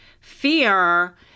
fear